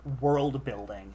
world-building